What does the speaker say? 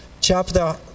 Chapter